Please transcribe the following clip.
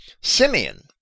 Simeon